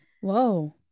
Whoa